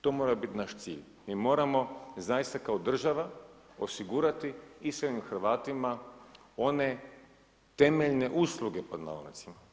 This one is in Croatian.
To mora biti naš cilj, mi moramo zaista kao država osigurati iseljenim Hrvatima one temeljne usluge pod navodnicima.